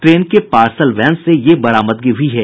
train के parcel van से ये बरामदगी हुई है